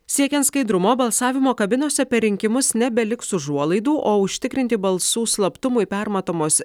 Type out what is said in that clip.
siekiant skaidrumo balsavimo kabinose per rinkimus nebeliks užuolaidų o užtikrinti balsų slaptumui permatomos